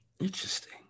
interesting